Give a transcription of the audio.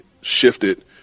shifted